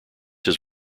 his